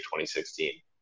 2016